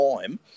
time